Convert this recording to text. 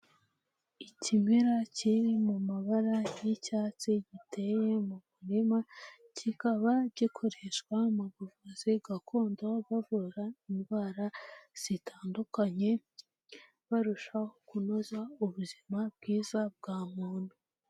Ikimera kiri mu mabara y'icyatsi giteye mu murima, kikaba gikoreshwa mu buvuzi gakondo, bavura indwara zitandukanye barushaho kunoza ubuzima bwiza bwa muntu.